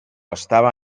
estava